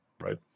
right